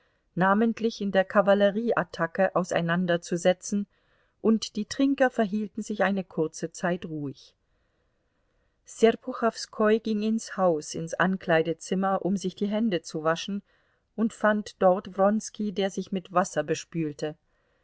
namentlich in der kavallerieattacke auseinanderzusetzen und die trinker verhielten sich eine kurze zeit ruhig serpuchowskoi ging ins haus ins ankleidezimmer um sich die hände zu waschen und fand dort wronski der sich mit wasser bespülte